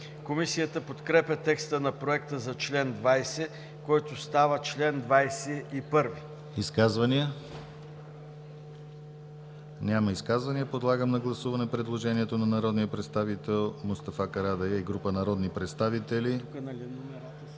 Комисията подкрепя текста на Проекта за чл. 20, който става чл. 21. ПРЕДСЕДАТЕЛ ДИМИТЪР ГЛАВЧЕВ: Изказвания? Няма изказвания. Подлагам на гласуване предложението на народния представител Мустафа Карадайъ и група народни представители.